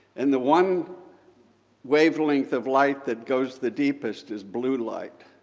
and the one wavelength of light that goes the deepest is blue light